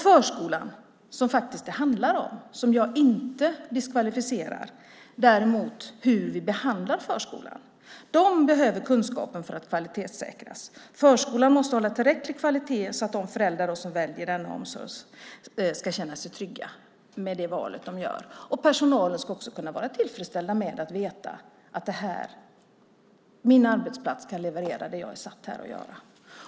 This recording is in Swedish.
Förskolan, som det handlar om - och jag diskvalificerar inte förskolan, däremot hur vi behandlar förskolan - behöver denna kunskap för att kunna kvalitetssäkras. Förskolan måste hålla tillräcklig kvalitet så att de föräldrar som väljer denna omsorgsform kan känna sig trygga med det val de gör. Även personalen ska kunna vara tillfreds med att veta att min arbetsplats kan leverera det jag är satt här att göra.